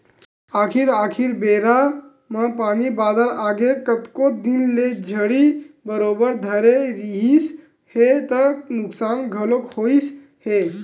आखरी आखरी बेरा म पानी बादर आगे कतको दिन ले झड़ी बरोबर धरे रिहिस हे त नुकसान घलोक होइस हे